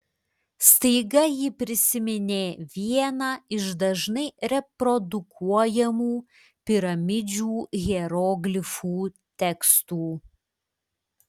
staiga ji prisiminė vieną iš dažnai reprodukuojamų piramidžių hieroglifų tekstų